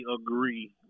agree